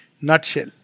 nutshell